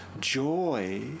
Joy